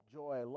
joy